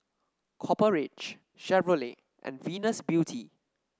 Copper Ridge Chevrolet and Venus Beauty